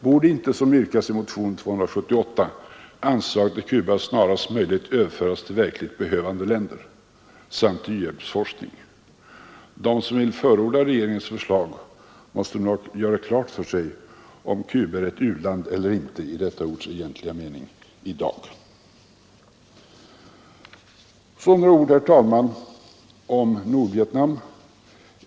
Borde inte, såsom yrkas i motionen 278, anslaget till Cuba snarast möjligt överföras till verkligt behövande länder samt till u-hjälpsforskning? De som vill förorda regeringens förslag måste göra klart för sig om Cuba i dag är ett u-land eller inte i detta ords egentliga mening. Så, herr talman, några ord om Nordvietnam.